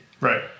Right